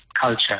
culture